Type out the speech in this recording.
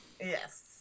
Yes